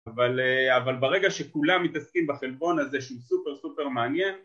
אבל ברגע שכולם מתעסקים בחלבון הזה שהוא סופר סופר מעניין